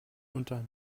unter